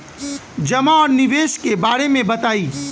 जमा और निवेश के बारे मे बतायी?